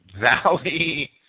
valley